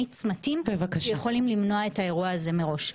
צמתים יכולים למנוע את האירוע הזה מראש.